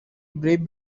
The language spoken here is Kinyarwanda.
brian